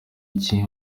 iki